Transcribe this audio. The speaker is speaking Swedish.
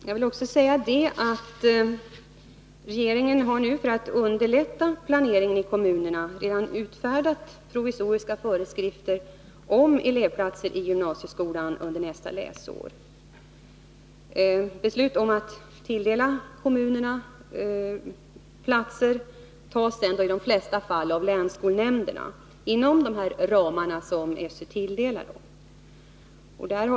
Jag vill också säga att regeringen, för att underlätta planeringen i kommunerna, redan har utfärdat provisoriska föreskrifter om elevplatser i gymnasieskolan under nästa läsår. Beslut om att tilldela kommunerna platser fattas sedan i de flesta fall av länsskolnämnderna inom de ramar som SÖ tilldelar dem.